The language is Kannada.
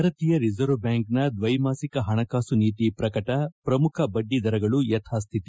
ಭಾರತೀಯ ರಿಸರ್ವ್ ಬ್ಡಾಂಕ್ ದ್ವೈಮಾಸಿಕ ಹಣಕಾಸು ನೀತಿ ಪ್ರಕಟ ಪ್ರಮುಖ ಬಡ್ಡಿ ದರಗಳು ಯತಾಸ್ವಿತಿ